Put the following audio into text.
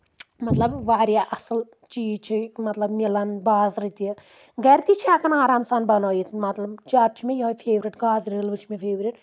مطلب واریاہ اَصٕل چیٖز چھِ مطلب مِلاان بازرٕ تہِ گَرِ تہِ چھِ ہؠکَن آرام سان بَنٲیِتھ مطلب جادٕ چھُ مےٚ یِہوے فیورِٹ گازرِ حٔلوٕ چھُ مےٚ فیورِٹ